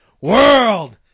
World